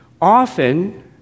often